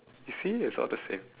you see it's all the same